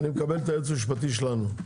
אני מקבל את הייעוץ המשפטי שלנו.